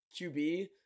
QB